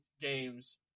games